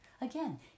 Again